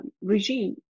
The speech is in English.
regime